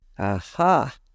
Aha